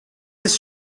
his